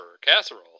casserole